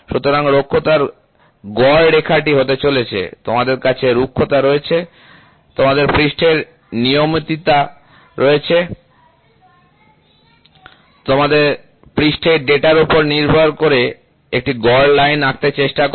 সুতরাং রুক্ষতার গড় রেখাটি হতে চলেছে তোমাদের কাছে রুক্ষতা রয়েছে তোমাদের পৃষ্ঠের নিয়মিততা রয়েছে তোমরা পৃষ্ঠের ডেটা র উপর ভিত্তি করে একটি গড় লাইন আঁকতে চেষ্টা করো